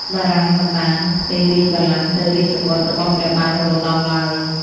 បារាំងមិនបានផ្ទេររាជបល្ល័ង្កទៅរាជបុត្ររបស់ព្រះបាទនរោត្តមឡើយ។